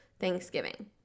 Thanksgiving